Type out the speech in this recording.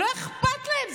לא אכפת להם.